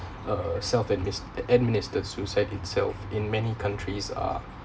uh self in this administered suicide itself in many countries are